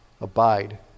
abide